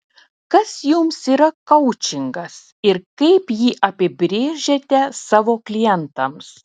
kas jums yra koučingas ir kaip jį apibrėžiate savo klientams